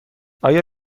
آیا